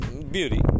beauty